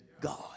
God